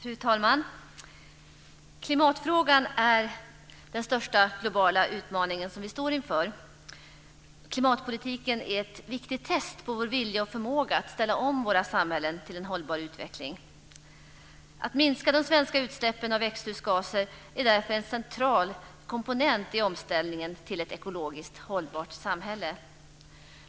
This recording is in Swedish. Fru talman! Klimatfrågan är den största globala utmaning som vi står inför. Klimatpolitiken är ett viktigt test på vår vilja och förmåga att ställa om våra samhällen till en hållbar utveckling. Att minska de svenska utsläppen av växthusgaser är därför en central komponent i omställningen till ett ekologiskt hållbart samhälle.